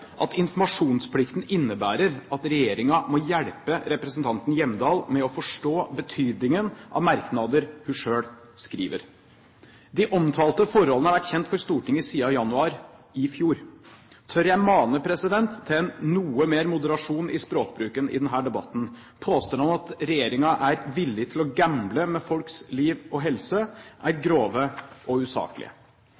at informasjonsplikten innebærer at regjeringen må hjelpe representanten Hjemdal med å forstå betydningen av merknader hun selv skriver. De omtalte forholdene har vært kjent for Stortinget siden januar – i fjor. Tør jeg mane til noe mer moderasjon i språkbruken i denne debatten? Påstander om at regjeringen er villig til å gamble med folks liv og helse, er